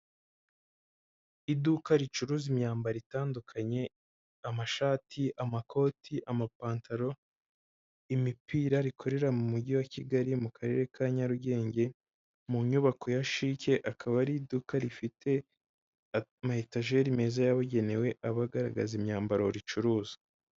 Iduka ricuruza imyambaro itandukanye amashati, amakoti, amapantaro, imipira, rikorera mu mujyi wa Kigali mu Karere ka Kyarugenge mu nyubako ya Shike, akaba ari iduka rifite amayetageri meza yabugenewe, aba agaragaza imyambaro ricuruza.